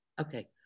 Okay